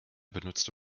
benutzte